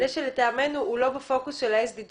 זה שלטעמנו הוא לא בפוקוס של ה-SDGs.